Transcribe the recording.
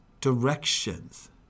directions